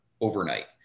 overnight